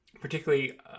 particularly